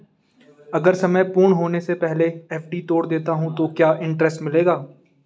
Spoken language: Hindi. अगर समय पूर्ण होने से पहले एफ.डी तोड़ देता हूँ तो क्या इंट्रेस्ट मिलेगा?